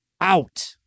out